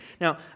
Now